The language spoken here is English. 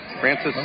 Francis